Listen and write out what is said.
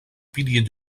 pilier